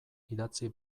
idatzi